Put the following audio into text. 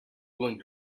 going